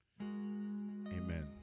Amen